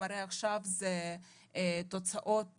מראה תוצאות